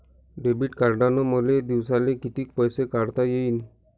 Debit कार्डनं मले दिवसाले कितीक पैसे काढता येईन?